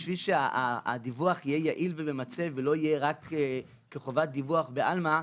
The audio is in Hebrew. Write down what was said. ובשביל שהדיווח יהיה יעיל וממצה ולא יהיה רק כחובת דיווח בעלמא,